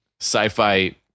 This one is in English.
sci-fi